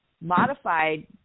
modified